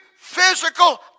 physical